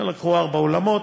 לקחו ארבעה אולמות,